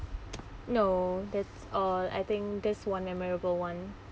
no that's all I think that's one memorable one